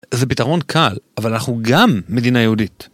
זה פיתרון קל, אבל אנחנו גם מדינה יהודית.